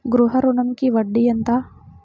గృహ ఋణంకి వడ్డీ ఎంత?